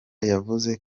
yavuze